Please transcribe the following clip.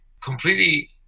completely